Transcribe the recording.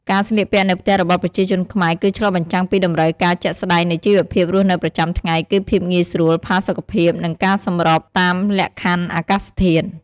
ការស្លៀកពាក់នៅផ្ទះរបស់ប្រជាជនខ្មែរគឺឆ្លុះបញ្ចាំងពីតម្រូវការជាក់ស្តែងនៃជីវភាពរស់នៅប្រចាំថ្ងៃ គឺភាពងាយស្រួល ផាសុកភាព និងការសម្របតាមលក្ខខណ្ឌអាកាសធាតុ។